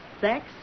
sex